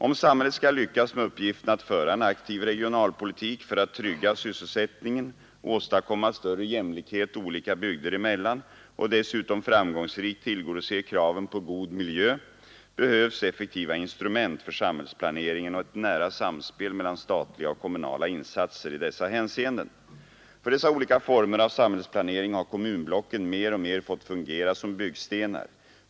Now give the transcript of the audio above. Om samhället skall lyckas med uppgiften att föra en aktiv regionalpolitik för att trygga sysselsättningen, åstadkomma större jämlikhet olika bygder emellan och dessutom framgångsrikt tillgodose kraven på god miljö, behövs effektiva instrument för samhällsplaneringen och ett nära samspel mellan statliga och kommunala insatser i dessa hänseenden. För dessa olika former av samhällsplanering har kommunblocken mer och mer fått fungera som byggstenar.